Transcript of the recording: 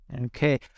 Okay